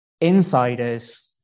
insiders